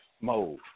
mode